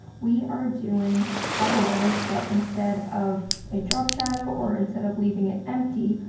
we are doing bubble letters, but instead of a drop shadow, or instead of leaving it empty,